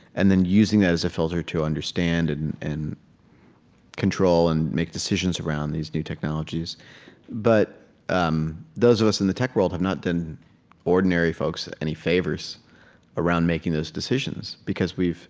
and then using that as a filter to understand and and control and make decisions around these new technologies but um those of us in the tech world have not done ordinary folks any favors around making those decisions because we've